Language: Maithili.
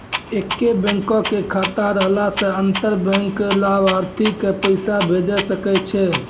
एक्के बैंको के खाता रहला से अंतर बैंक लाभार्थी के पैसा भेजै सकै छै